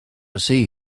see